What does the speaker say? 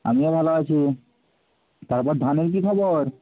আমিও ভালো আছি তারপর ধানের কী খবর